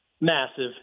massive